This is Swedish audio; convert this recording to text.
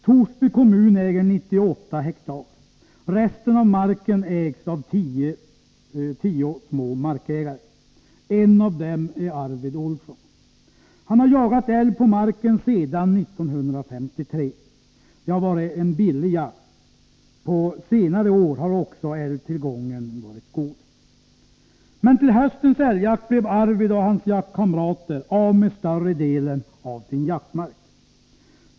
Torsby kommun äger 98 hektar, resten av marken ägs av tio små markägare. En av dem är Arvid Olsson. Han har jagat älg på marken sedan 1953. Det har varit en billig jakt. På senare år har också älgtillgången varit god. Men till höstens älgjakt blev Arvid och hans jaktkamrater av med större delen av sin jaktmark.